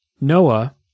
Noah